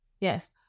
Yes